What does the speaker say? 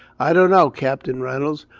i don't know. captain reynolds,